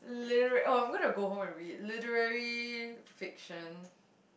literary oh I'm gonna go home and read literary fiction